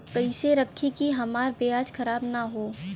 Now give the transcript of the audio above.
कइसे रखी कि हमार प्याज खराब न हो?